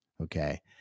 Okay